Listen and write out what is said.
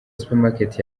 supermarket